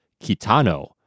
Kitano